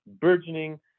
burgeoning